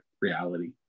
reality